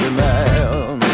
man